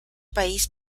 país